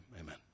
amen